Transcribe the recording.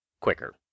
quicker